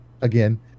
Again